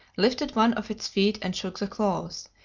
lifted one of its feet and shook the claws,